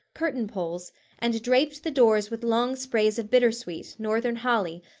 curtain poles and draped the doors with long sprays of bittersweet, northern holly,